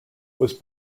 was